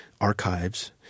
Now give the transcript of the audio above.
archives